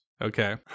Okay